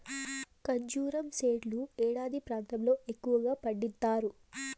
ఖర్జూరం సెట్లు ఎడారి ప్రాంతాల్లో ఎక్కువగా పండిత్తారు